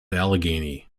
allegheny